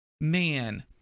man